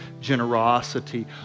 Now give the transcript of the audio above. generosity